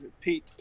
Pete